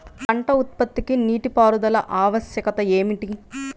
పంట ఉత్పత్తికి నీటిపారుదల ఆవశ్యకత ఏమిటీ?